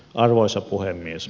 arvoisa puhemies